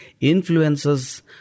influences